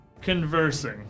conversing